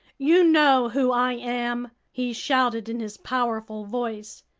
you know who i am! he shouted in his powerful voice.